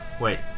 Wait